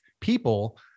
people